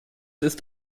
ist